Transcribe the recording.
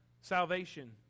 salvation